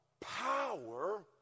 Power